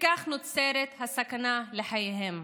וכך נוצרת הסכנה לחייהם.